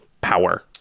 Power